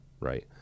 right